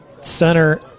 center